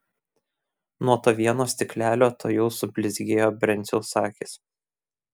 nuo to vieno stiklelio tuojau sublizgėjo brenciaus akys